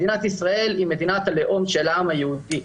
היא מדינת הלאום של העם היהודי,